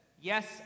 Yes